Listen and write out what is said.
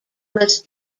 must